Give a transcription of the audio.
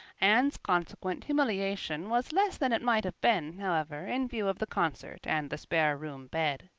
anne's consequent humiliation was less than it might have been, however, in view of the concert and the spare-room bed.